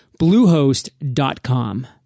Bluehost.com